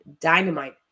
Dynamite